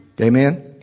amen